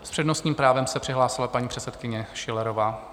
S přednostním právem se přihlásila paní předsedkyně Schillerová.